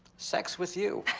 sex with you.